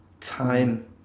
time